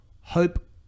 hope